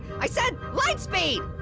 i said, light speed!